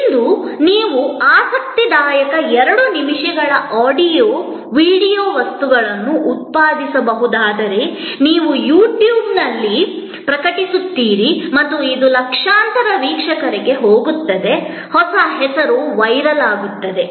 ಇಂದು ನೀವು ಆಸಕ್ತಿದಾಯಕ 2 ನಿಮಿಷಗಳ ಆಡಿಯೋ ವಿಡಿಯೋ ವಸ್ತುಗಳನ್ನು ಉತ್ಪಾದಿಸಬಹುದಾದರೆ ನೀವು ಯೂಟ್ಯೂಬ್ನಲ್ಲಿ ಪ್ರಕಟಿಸುತ್ತೀರಿ ಮತ್ತು ಇದು ಲಕ್ಷಾಂತರ ವೀಕ್ಷಕರಿಗೆ ಹೋಗುತ್ತದೆ ಹೊಸ ಹೆಸರು ವೈರಲ್ ಆಗುತ್ತದೆ